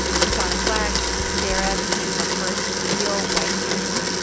chrishana's black. sarah became her first real white friend.